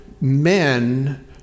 men